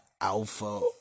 alpha